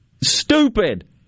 Stupid